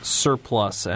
surplus